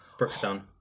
Brookstone